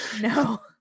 No